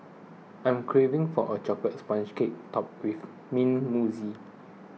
I am craving for a Chocolate Sponge Cake Topped with Mint Mousse